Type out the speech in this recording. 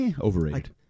overrated